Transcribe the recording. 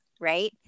Right